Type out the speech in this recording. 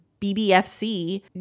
BBFC